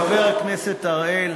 חבר הכנסת אראל,